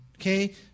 okay